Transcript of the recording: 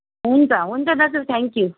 हुन्छ हुन्छ दाजु थ्याङ्क यु